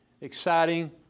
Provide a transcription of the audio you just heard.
exciting